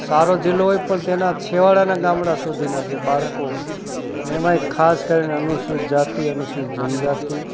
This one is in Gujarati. સારો જિલ્લો હોય પણ તેના છેવાડાના ગામડાં સુધીના જે બાળકો ને એમાંય ખાસ કરીને અનુસૂચિત જાતિ અનુસૂચિત જનજાતિ